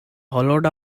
hollowed